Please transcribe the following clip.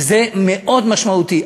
וזה מאוד משמעותי.